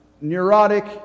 neurotic